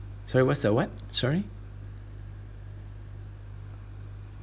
sorry what's the what sorry